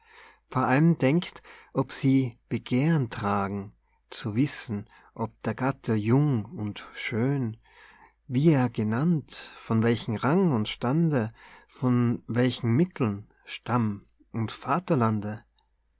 vor allem denkt ob sie begehren tragen zu wissen ob der gatte jung und schön wie er genannt von welchem rang und stande von welchen mitteln stamm und vaterlande